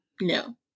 No